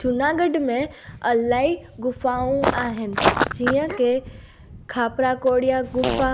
जूनागढ़ में इलाही गुफ़ाऊं आहिनि जीअं की खापरा कोडिया गुफ़ा